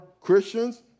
Christians